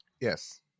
Yes